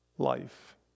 Life